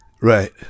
Right